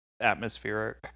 atmospheric